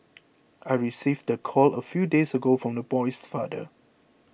I received the call a few days ago from the boy's father